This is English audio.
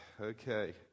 Okay